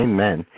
Amen